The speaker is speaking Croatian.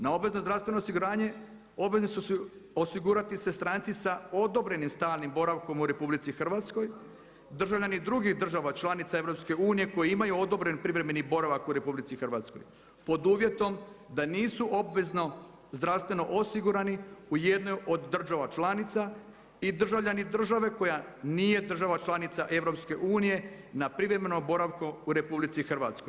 Na obvezno zdravstveno osiguranje obvezni su osigurati se stranci sa odobrenim stalnim boravkom u RH, državljani drugih država članica EU-a, koji imaju odobren privremeni boravak u RH pod uvjetom da nisu obveznom zdravstveno osigurani u jednoj od država članica i državljani države koja nije država članica EU-a na privremenom boravku u RH.